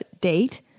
date